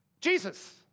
Jesus